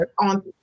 On